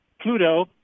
Pluto